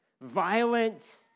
violent